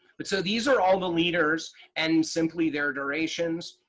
but so these are all the leaders and simply their duration,